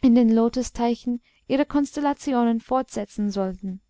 in den lotusteichen ihre konstellationen fortsetzen sollten